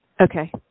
Okay